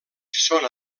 són